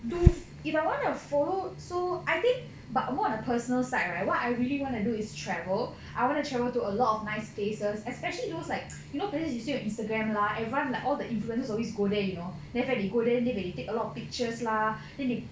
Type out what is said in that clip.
to if I want to follow so I think but more of a personal side right what I really want to do is travel I want to travel to a lot of nice spaces especially those like you know places you see on instagram lah everyone like all the influencers always go there you know then when they go there then when they take a lot of pictures lah then they